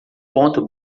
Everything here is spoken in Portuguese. ponto